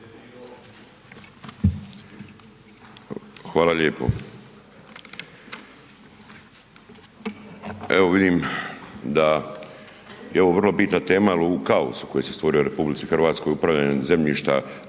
Hvala lijepo. Evo vidimo da je ovo vrlo bitna tema jer u kaosu koji se stvorio u RH je upravljanje zemljišta,